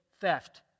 theft